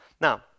Now